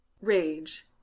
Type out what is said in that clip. rage